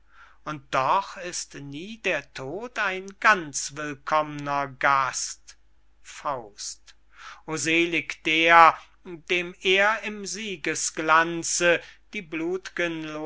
und doch ist nie der tod ein ganz willkommner gast o seelig der dem er im siegesglanze die